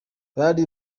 bari